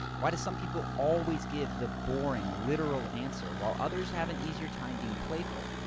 why do some people always give the boring literal answer while others have an easier time being playful?